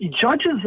judges